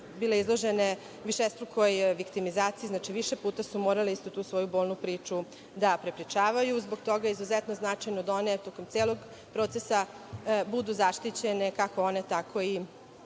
bile izložene višestrukoj viktimizaciji, znači više puta su morali tu svoju bolnu priču da prepričavaju. Zbog toga je izuzetno značajno da one tokom celog procesa budu zaštićene. Kako one, tako i